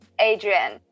Adrian